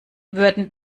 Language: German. würden